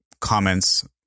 comments